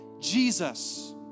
Jesus